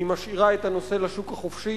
היא משאירה את הנושא לשוק החופשי,